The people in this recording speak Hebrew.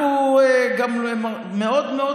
אנחנו גם מאוד מאוד,